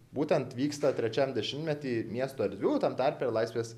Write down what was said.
būtent vyksta trečiam dešimtmety miesto erdvių tam tarpe ir laisvės